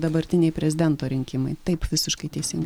dabartiniai prezidento rinkimai taip visiškai teisingai